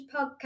Podcast